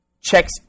checks